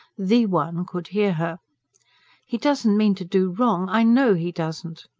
the one, could hear her he doesn't mean to do wrong. i know he doesn't!